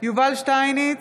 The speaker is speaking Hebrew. יובל שטייניץ,